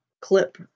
clip